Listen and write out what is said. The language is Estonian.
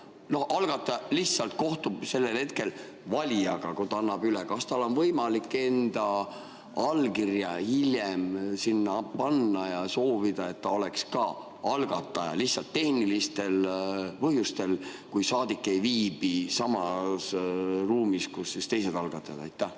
algataja lihtsalt kohtub sellel hetkel valijaga, kui see antakse üle, kas neil on võimalik enda allkirja hiljem sinna panna ja soovida, et nad oleks ka algatajad? Lihtsalt tehnilistel põhjustel, kui saadik ei viibi samas ruumis, kus teised algatajad. Tänan,